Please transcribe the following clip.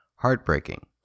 heartbreaking